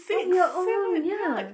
on your own ya